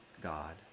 God